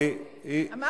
היא אמרה שפעם זה היה בסדר.